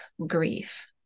grief